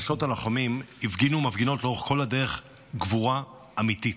נשות הלוחמים הפגינו ומפגינות לאורך כל הדרך גבורה אמיתית,